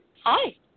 Hi